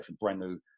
brand-new